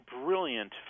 brilliant